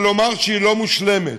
אבל לומר שהיא לא מושלמת.